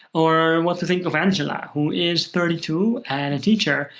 or what to think of angela, who is thirty two and a teacher,